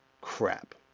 crap